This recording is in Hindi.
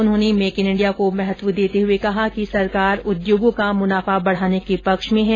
उन्होंने मेक इन इंडिया को महत्व देते हुए कहा कि सरकार उद्योगों का मुनाफा बढाने के पक्ष में है